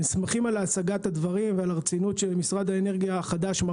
אנחנו שמחים על הצגת הדברים ועל הרצינות של משרד האנרגיה החדש.